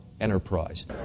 enterprise